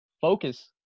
focus